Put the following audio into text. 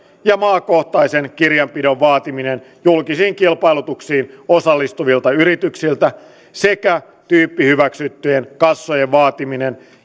ja maakohtaisen kirjanpidon vaatiminen julkisiin kilpailutuksiin osallistuvilta yrityksiltä sekä tyyppihyväksyttyjen kassojen vaatiminen